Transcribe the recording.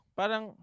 parang